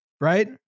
right